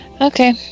Okay